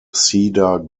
cedar